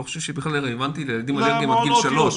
חושב שהיא בכלל רלוונטית לילדים עד גיל 3,